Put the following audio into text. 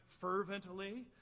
fervently